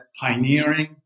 pioneering